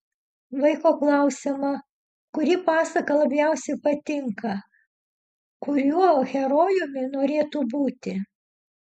vaiko klausiama kuri pasaka labiausiai patinka kuriuo herojumi norėtų būti